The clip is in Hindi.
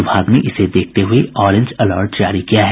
विभाग ने इसे देखते हुए अॅरेंज अलर्ट जारी किया है